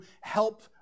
help